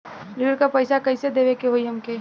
ऋण का पैसा कइसे देवे के होई हमके?